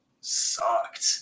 sucked